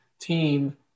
team